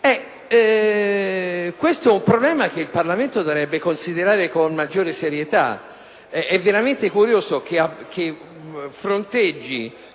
Questo è un problema che il Parlamento dovrebbe considerare con maggiore serietà. È veramente curioso che fronteggi